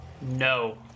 No